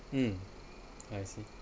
mm I see